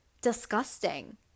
disgusting